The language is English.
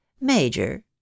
Major